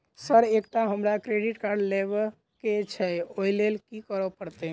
Sir एकटा हमरा credit card लेबकै छैय ओई लैल की करऽ परतै?